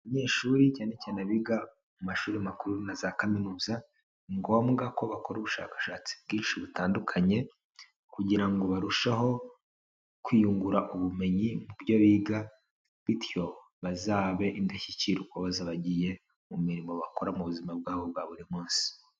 Abanyeshuri cyane cyane abiga mu mashuri makuru na za kaminuza ni ngombwa ko bakora ubushakashatsi bwinshi butandukanye kugira ngo barusheho kwiyungura ubumenyi mu byo biga bityo bazabe indashyikirwa ubwo bazaba bagiye mu mirimo bakora mu buzima bwabo bwa buri munsi.